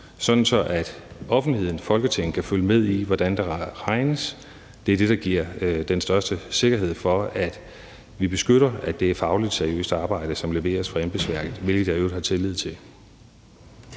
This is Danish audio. og Folketinget kan følge med i, hvordan der regnes. Det er det, der giver den største sikkerhed for, at vi beskytter, at det er et fagligt og seriøst arbejde, som leveres fra embedsværket, hvilket jeg i øvrigt har tillid til.